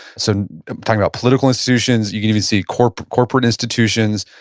so talking about political institutions, you can even see corporate corporate institutions,